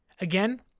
Again